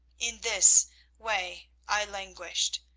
in this way i languished,